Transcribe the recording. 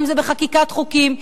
אם זה בחקיקת חוקים,